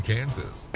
Kansas